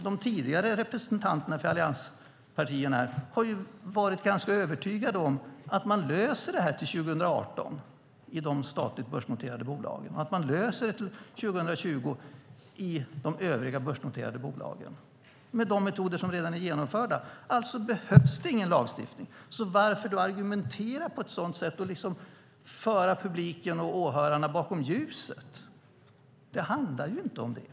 De tidigare representanterna för allianspartierna har varit ganska övertygade om att man löser detta till år 2018 i de statligt börsnoterade bolagen och att man löser det till år 2020 i de övriga börsnoterade bolagen med de metoder som redan är genomförda. Alltså behövs det ingen lagstiftning. Varför då argumentera på ett sådant sätt och liksom föra publiken och åhörarna bakom ljuset? Det handlar ju inte om detta.